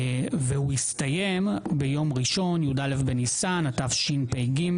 והוא יסתיים ביום ראשון, י"א בניסן התשפ"ג,